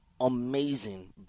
Amazing